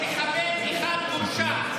בכנסת יש מחבל אחד מורשע.